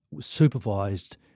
supervised